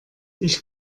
ich